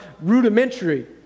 rudimentary